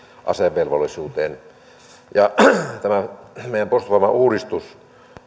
asevelvollisuuteen tämä meidän puolustusvoimauudistuksemme